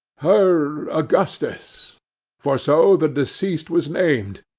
her augustus for so the deceased was named,